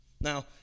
Now